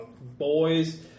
boys